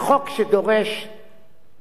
דיון מפורט ורחב,